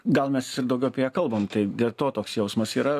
gal mes ir daugiau apie ją kalbam tai dėl to toks jausmas yra